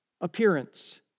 appearance